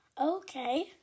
Okay